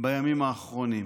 בימים האחרונים: